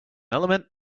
element